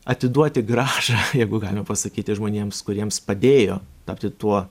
atiduoti grąžą jeigu galima pasakyti žmonėms kuriems padėjo tapti tuo